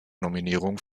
nominierung